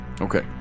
Okay